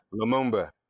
Lumumba